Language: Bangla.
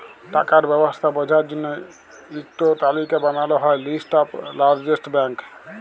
টাকার ব্যবস্থা বঝার জল্য ইক টো তালিকা বানাল হ্যয় লিস্ট অফ লার্জেস্ট ব্যাঙ্ক